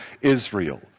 Israel